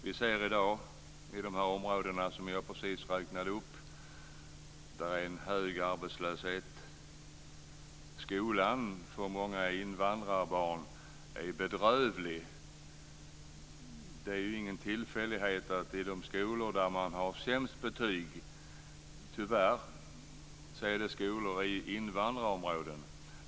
Vi ser i dag i de områden som jag precis räknade upp en hög arbetslöshet. Skolan är för många invandrarbarn bedrövlig. Det är ju ingen tillfällighet att de skolor där man har sämst betyg tyvärr är skolor i invandrarområden.